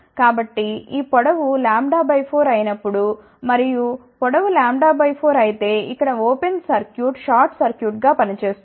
కాబట్టి ఈ పొడవు λ 4 అయినప్పుడు మరియు పొడవు λ 4 అయితే ఇక్కడ ఓపెన్ సర్క్యూట్ షార్ట్ సర్క్యూట్గా పని చేస్తుంది